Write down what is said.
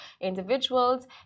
individuals